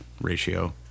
ratio